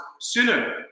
sooner